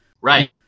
Right